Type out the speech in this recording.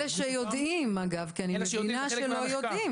אלה שיודעים אגב, כי אני מבינה שלא יודעים.